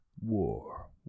War